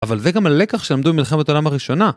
אבל זה גם הלקח שלמדו במלחמת העולם הראשונה.